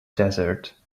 desert